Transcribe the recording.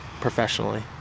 professionally